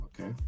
Okay